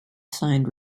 signed